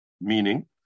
Meaning